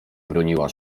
broniła